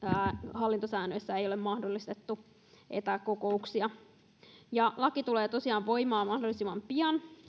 hallintosäännöissä ei ole mahdollistettu etäkokouksia laki tulee tosiaan voimaan mahdollisimman pian